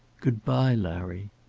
good-bye, larry.